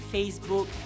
Facebook